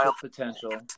potential